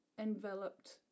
enveloped